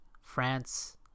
France